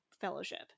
fellowship